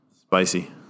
Spicy